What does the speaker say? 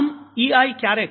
આમ ઇઆઇ ક્યારેક